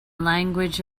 language